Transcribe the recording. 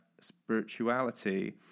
spirituality